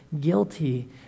guilty